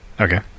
Okay